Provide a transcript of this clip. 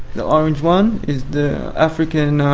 the orange one is the african,